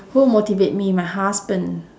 who motivate me my husband